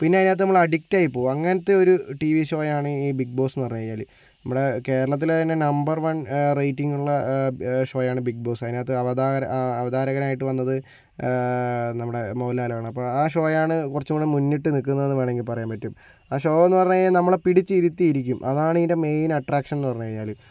പിന്നെ അതിനകത്ത് നമ്മള് അടിക്ടായിപ്പോകും അങ്ങനത്തെയൊരു ടി വി ഷോയാണ് ഈ ബിഗ് ബോസ് എന്നു പറഞ്ഞ് കഴിഞ്ഞാല് നമ്മുടെ കേരളത്തിലെ തന്നെ നമ്പർ വൺ റേറ്റിംഗ് ഉള്ള ഷോയാണ് ബിഗ് ബോസ് അതിനകത്ത് അവതാര അവതാരകനായിട്ട് വന്നത് നമ്മുടെ മോഹൻലാൽ ആണ് അപ്പോൾ ആ ഷോയാണ് കുറച്ചും കൂടി മുന്നിട്ടു നിൽക്കുന്നത് എന്ന് വേണമെങ്കിൽ പറയാം പറ്റും ആ ഷോ എന്ന് പറഞ്ഞു കഴിഞ്ഞാൽ നമ്മളെ പിടിച്ചിരുത്തി ഇരിക്കും അതാണ് ഇതിൻ്റെ മെയിൻ അട്രാക്ഷൻ എന്ന് പറഞ്ഞ് കഴിഞ്ഞാല്